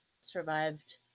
survived